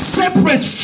separate